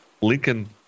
Lincoln